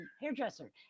hairdresser